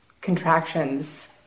contractions